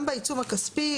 גם בעיצום הכספי,